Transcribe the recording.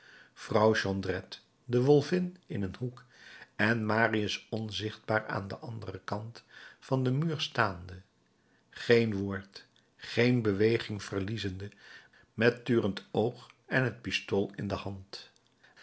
vrouw jondrette de wolvin in een hoek en marius onzichtbaar aan den anderen kant van den muur staande geen woord geen beweging verliezende met turend oog en het pistool in de hand